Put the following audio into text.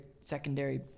secondary